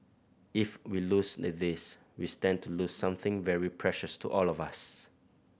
if we lose a this we stand to lose something very precious to all of us